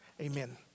Amen